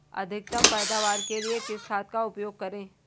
अधिकतम पैदावार के लिए किस खाद का उपयोग करें?